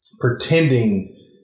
pretending